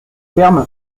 terme